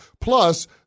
Plus